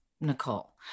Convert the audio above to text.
Nicole